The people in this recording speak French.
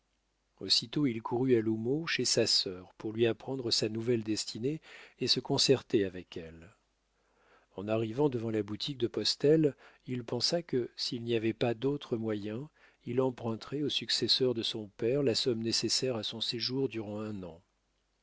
aussitôt il courut à l'houmeau chez sa sœur pour lui apprendre sa nouvelle destinée et se concerter avec elle en arrivant devant la boutique de postel il pensa que s'il n'y avait pas d'autres moyens il emprunterait au successeur de son père la somme nécessaire à son séjour durant un an